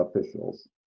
officials